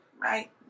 right